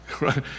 right